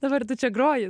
dabar tu čia groji